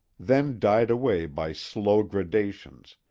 then died away by slow gradations,